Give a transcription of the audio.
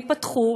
ייפתחו,